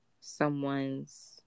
someone's